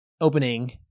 opening